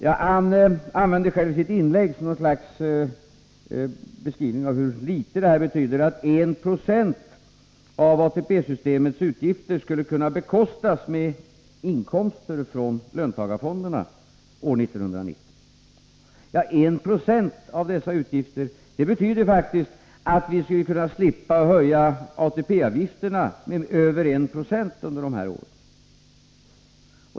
Han nämnde i sitt inlägg, som något slags beskrivning av hur litet fonderna kommer att betyda, att 1 90 av ATP-systemets utgifter skulle kunna täckas med inkomster från löntagarfonderna år 1990. Ja, 1 70 av dessa utgifter betyder faktiskt att vi skulle kunna slippa höja ATP-avgifterna med över 1 96 under dessa år.